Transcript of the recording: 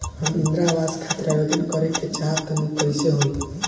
हम इंद्रा आवास खातिर आवेदन करे क चाहऽ तनि कइसे होई?